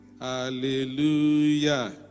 hallelujah